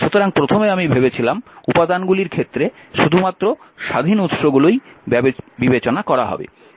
সুতরাং প্রথমে আমি ভেবেছিলাম উপাদানগুলির ক্ষেত্রে শুধুমাত্র স্বাধীন উৎসগুলিই বিবেচনা করা হবে